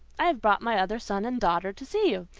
i have brought my other son and daughter to see you.